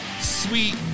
Sweet